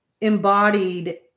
embodied